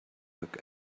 look